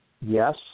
Yes